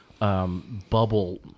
Bubble